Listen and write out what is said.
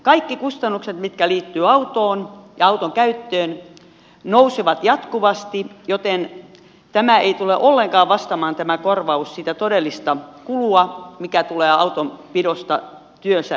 kaikki kustannukset mitkä liittyvät autoon ja autonkäyttöön nousevat jatkuvasti joten tämä korvaus ei tule ollenkaan vastaamaan sitä todellista kulua mikä tulee autonpidosta työn yhteydessä